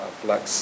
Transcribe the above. flex